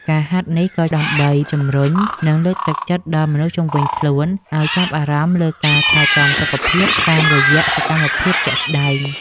ការហាត់នេះ ក៏ដើម្បីជម្រុញ និងលើកទឹកចិត្តដល់មនុស្សជុំវិញខ្លួនឱ្យចាប់អារម្មណ៍លើការថែទាំសុខភាពតាមរយៈសកម្មភាពជាក់ស្ដែង។